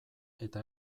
eta